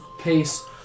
pace